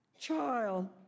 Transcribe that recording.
Child